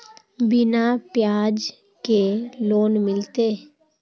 बिना ब्याज के लोन मिलते?